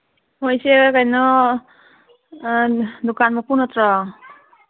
ꯍꯣꯏ ꯁꯤ ꯀꯩꯅꯣ ꯗꯨꯀꯥꯟ ꯃꯄꯨ ꯅꯠꯇ꯭ꯔꯣ